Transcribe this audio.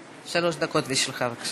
לרשותך, בבקשה.